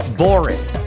boring